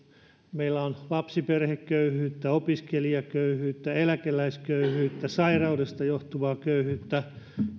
meillä on lapsiperheköyhyyttä opiskelijaköyhyyttä eläkeläisköyhyyttä sairaudesta johtuvaa köyhyyttä